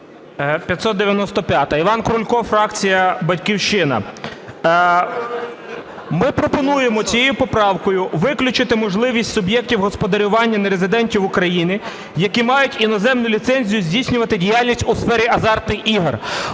595-а. Іван Крулько, фракція "Батьківщина". Ми пропонуємо цією поправкою виключити можливість суб'єктів господарювання нерезидентів України, які мають іноземну ліцензію здійснювати діяльність у сфері азартних ігор.